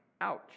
Ouch